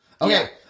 Okay